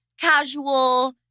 casual